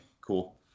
Cool